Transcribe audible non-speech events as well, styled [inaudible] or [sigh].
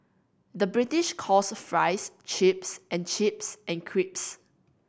the British calls fries chips and chips and [unintelligible]